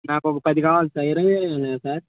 నాకు ఒక పది కావాలి సార్ ఇరవై ఐదు ఉన్నాయా సార్